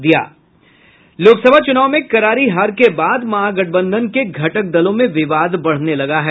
लोकसभा चूनाव में करारी हार के बाद महागठबंधन के घटक दलों में विवाद बढ़ने लगा है